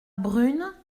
brune